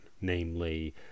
namely